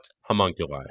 homunculi